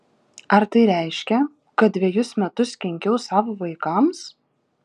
ar tai reiškia kad dvejus metus kenkiau savo vaikams